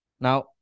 Now